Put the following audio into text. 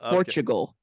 Portugal